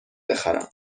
بخرم